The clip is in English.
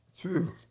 True